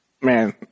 Man